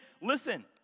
listen